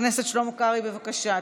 חבר הכנסת שלמה קרעי, בבקשה.